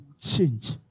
change